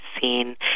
seen